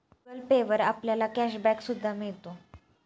Google Pay वर आपल्याला cash back सुद्धा मिळतो